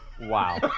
Wow